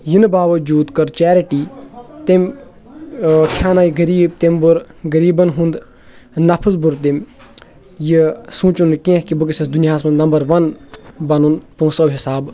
یِنہٕ باوجوٗد کٔر چیرٹی تٔمۍ کھیٛانٲے غریٖب تٔمۍ بوٚر غریٖٖبَن ہُنٛد نَفٕژ بوٚر تٔمۍ یہِ سوٗنٛچن نہٕ کیٚنٛہہ کہِ بہٕ گَژھٕ دُنیاہَس منٛز نَمبَر وَن بنُن پۄنٛسو حِسابہٕ